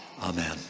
amen